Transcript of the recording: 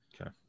Okay